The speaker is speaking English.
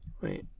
Wait